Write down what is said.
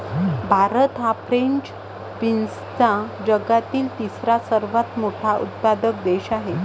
भारत हा फ्रेंच बीन्सचा जगातील तिसरा सर्वात मोठा उत्पादक देश आहे